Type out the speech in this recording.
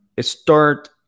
start